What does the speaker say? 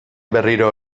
berriro